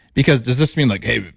because does this mean like hey,